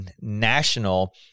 national